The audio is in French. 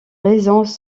raisons